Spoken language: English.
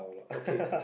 okay